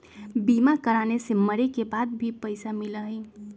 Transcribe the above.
बीमा कराने से मरे के बाद भी पईसा मिलहई?